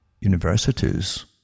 universities